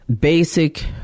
basic